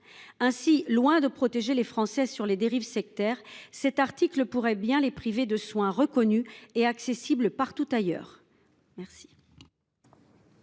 Ainsi, loin de protéger les Français en matière de dérives sectaires, cet article pourrait bien les priver de soins reconnus et accessibles partout ailleurs.